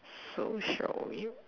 so shall we